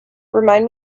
remind